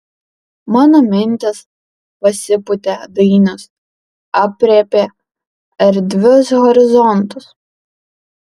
mano mintys pasipūtė dainius aprėpia erdvius horizontus